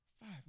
Five